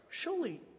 Surely